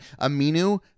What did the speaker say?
Aminu